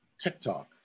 tiktok